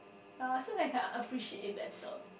ye so that can I appreciate it better